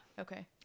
okay